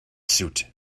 suite